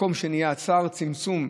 מקום שנהיה צר, צמצום.